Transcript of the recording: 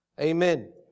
Amen